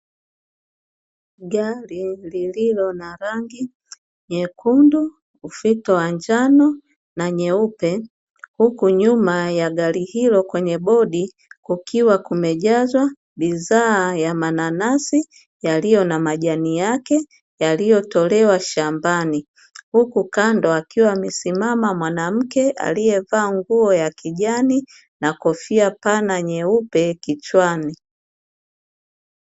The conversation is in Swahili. Gari la lililo na rangi nyekundu, ufito wa njano na nyeupe; huku nyuma ya gari hilo kwenye bodi, kukiwa kumejazwa bidhaa ya mananasi yaliyo na majani yake yaliyotolewa shambani, huku kando akiwa amesimama mwanamke aliyevaa nguo ya kijani na kofia pana nyeupe kichwani.